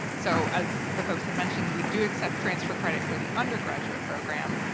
so as the folks have mentioned, we do accept transfer credit for the undergraduate program.